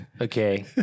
Okay